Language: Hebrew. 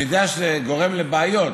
אני יודע שזה גורם לבעיות,